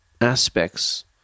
aspects